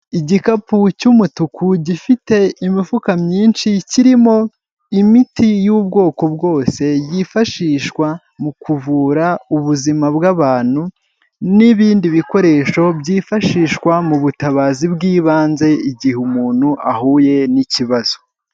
Igikapu cy'umutuku gifite imifuka myinshi kirimo imiti y'ubwoko bwose yifashishwa mu kuvura ubuzima bw'abantu n'ibindi bikoresho byifashishwa mu butabazi bw'ibanze igihe umuntu ahuye n'ikibazo.